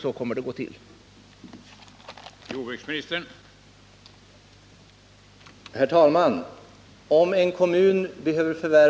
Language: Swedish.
Så kommer det att gå också här.